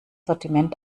sortiment